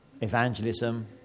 evangelism